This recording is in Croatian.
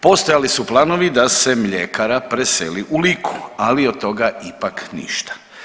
Postojali su planovi da se mljekara preseli u Liku, ali od toga ipak ništa.